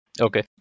Okay